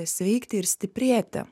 sveikti ir stiprėti